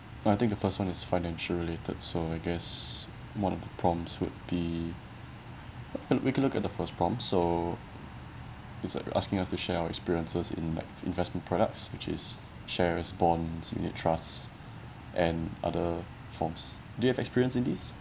no I think the first one is financial related so I guess one of the prompts would be uh we can look at the first prompt so it's like asking us to share our experiences in like investment products which is shares bonds unit trusts and other forms do you have experience in these